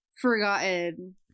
forgotten